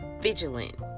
vigilant